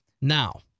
Now